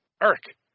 Eric